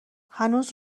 هنوز